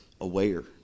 aware